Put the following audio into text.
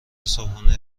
صبحونه